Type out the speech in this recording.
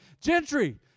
Gentry